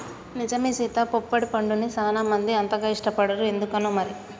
నిజమే సీత పొప్పడి పండుని సానా మంది అంతగా ఇష్టపడరు ఎందుకనో మరి